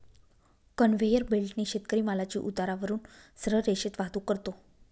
conveyor बेल्टने शेतकरी मालाची उतारावरून सरळ रेषेत वाहतूक करतो